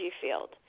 field